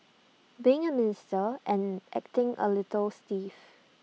being A minister and acting A little stiff